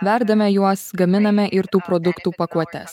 verdame juos gaminame ir tų produktų pakuotes